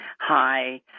Hi